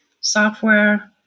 software